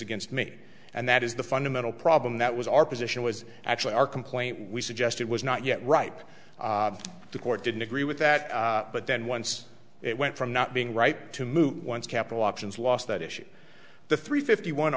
against me and that is the fundamental problem that was our position was actually our complaint we suggest it was not yet ripe the court didn't agree with that but then once it went from not being right to move once capital options lost that issue the three fifty one